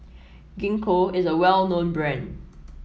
Gingko is a well known brand